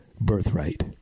birthright